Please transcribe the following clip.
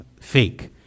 fake